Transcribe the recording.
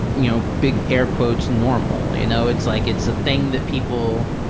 you know, big air quotes, normal. you know, it's like it's a thing that people